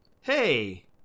hey